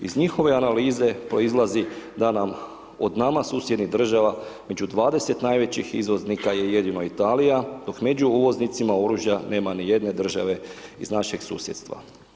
Iz njihove analize proizlazi da nam od nama susjednih država među 20 najvećih izvoznika je jedino Italija, dok među uvoznicima oružja nema ni jedne države iz našeg susjedstva.